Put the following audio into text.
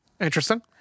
Interesting